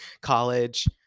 college